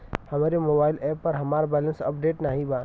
हमरे mobile app पर हमार बैलैंस अपडेट नाई बा